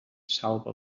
salva